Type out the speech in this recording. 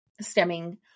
stemming